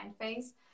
phase